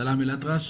סלאם אל אטרש.